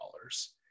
dollars